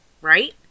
Right